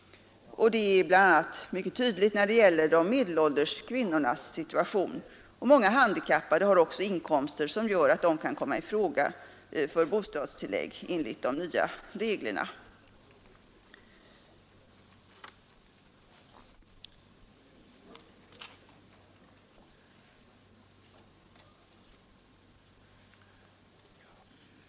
Det är mycket tydligt när det gäller t.ex. de medelålders kvinnornas situation. Många handikappade har också så låga inkomster att de kan komma i fråga för bostadstillägg enligt de nya reglerna.